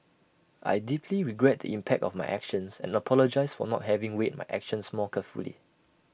I deeply regret the impact of my actions and apologise for not having weighed my actions more carefully